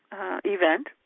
event